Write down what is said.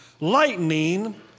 lightning